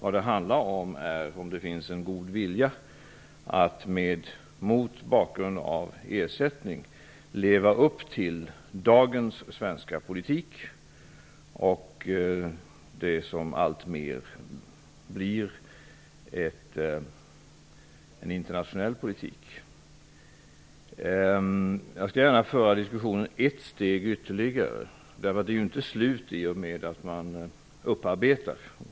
Däremot handlar det om ifall det finns en god vilja att mot ersättning leva upp till dagens svenska politik, en politik som alltmer håller på att bli en internationell politik. Jag kan gärna föra diskussionen ett steg ytterligare. Komplikationerna är ju inte slut i och med att det sker en upparbetning.